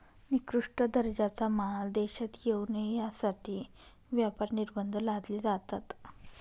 निकृष्ट दर्जाचा माल देशात येऊ नये यासाठी व्यापार निर्बंध लादले जातात